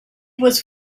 was